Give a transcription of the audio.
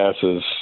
passes